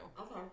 Okay